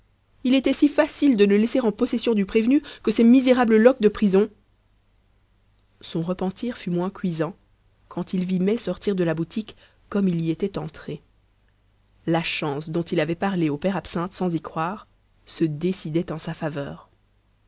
il était si facile de ne laisser en possession du prévenu que ses misérables loques de prison son repentir fut moins cuisant quand il vit mai sortir de la boutique comme il y était entré la chance dont il avait parlé au père absinthe sans y croire se décidait en sa faveur